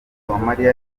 uwamariya